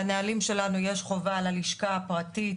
בנהלים שלנו יש חובה ללשכה הפרטית,